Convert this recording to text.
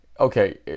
Okay